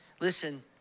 listen